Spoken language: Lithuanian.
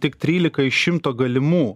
tik trylika iš šimto galimų